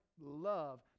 love